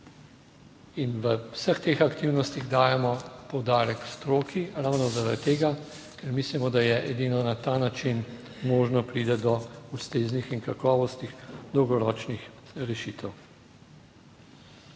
In v vseh teh aktivnostih dajemo poudarek stroki ravno zaradi tega, ker mislimo, da je edino na ta način možno priti do ustreznih in kakovostnih dolgoročnih rešitev.